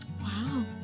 Wow